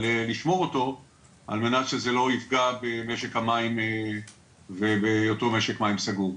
אבל לשמור אותו על מנת שזה לא יפגע במשק המים בהיותו משק מים סגור.